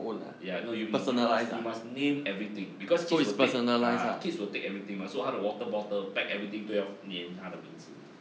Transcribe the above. ya no you mu~ you must you must name everything because kids will take ah kids will take everything mah so 她的 water bottle pack everything 都要粘她的名字